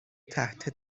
تحت